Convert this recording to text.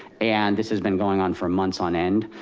and this has been going on for months on end.